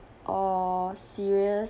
or serious